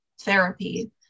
therapy